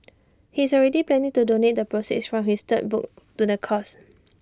he's already planning to donate the proceeds from his third book to the cause